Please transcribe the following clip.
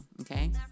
okay